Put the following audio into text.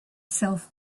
self